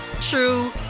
true